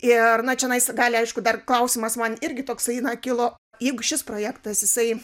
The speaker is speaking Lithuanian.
ir na čionais gali aišku dar klausimas man irgi toksai na kilo jeigu šis projektas jisai